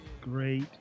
Great